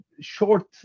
short